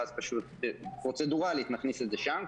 ואז פשוט פרוצדורלית נכניס את זה שם,